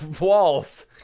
walls